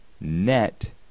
net